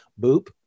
Boop